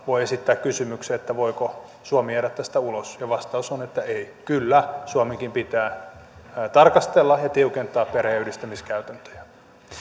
voi esittää kysymyksen voiko suomi jäädä tästä ulos ja vastaus on että ei kyllä suomenkin pitää tarkastella ja tiukentaa perheenyhdistämiskäytäntöjä